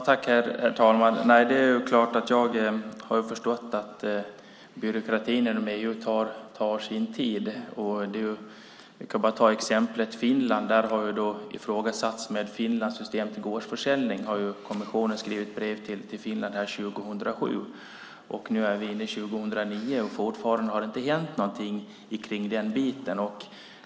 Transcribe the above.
Herr talman! Jag har förstått att byråkratin inom EU tar sin tid. Vi kan ta exemplet Finland. Finlands system för gårdsförsäljning har ifrågasatts. Kommissionen skrev ett brev till Finland om detta 2007, och nu har vi 2009, och det har fortfarande inte hänt någonting i den frågan.